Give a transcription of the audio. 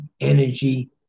energy